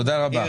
תודה רבה.